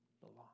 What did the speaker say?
belong